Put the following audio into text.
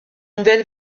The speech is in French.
nouvelle